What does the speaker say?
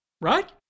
Right